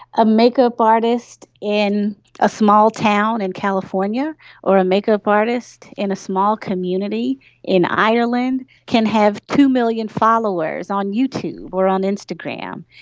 a makeup artist in a small town in california or a makeup artist in a small community in ireland can have two million followers on youtube or on instagram,